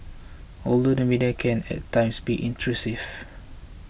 although the media can at times be intrusive